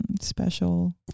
special